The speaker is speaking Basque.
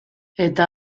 eta